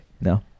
no